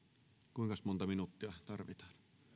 kuinkas monta minuuttia tarvitaan